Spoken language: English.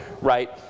right